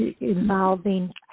involving